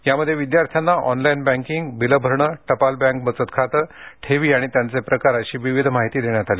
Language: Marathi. यामध्ये विद्यार्थ्यांना ऑनलाईन बँकिंग बिले भरणे टपाल बँक बचत खाते ठेवी आणि त्यांचे प्रकार अशी विविध माहिती यावेळी देण्यात आली